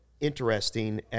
interesting